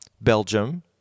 Belgium